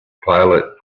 pilot